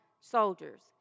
soldiers